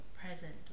present